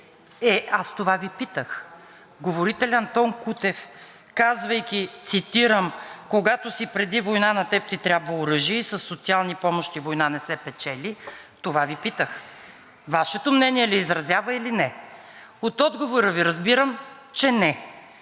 Е, аз това Ви питах. Говорителят Антон Кутев, казвайки – цитирам: „Когато си преди война, на теб ти трябва оръжие и със социални помощи война не се печели“, това Ви питах. Вашето мнение ли изразява или не? От отговора Ви разбирам, че не,